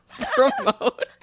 promote